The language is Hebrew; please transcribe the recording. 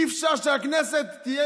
אי-אפשר שהכנסת תהיה